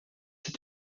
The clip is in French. ses